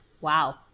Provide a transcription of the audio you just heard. Wow